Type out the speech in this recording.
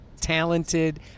talented